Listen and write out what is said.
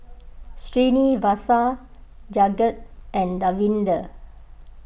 Srinivasa Jagat and Davinder